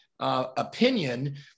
Opinion